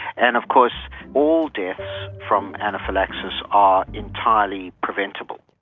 and of course all deaths from anaphylaxis are entirely preventable.